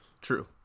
true